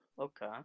Okay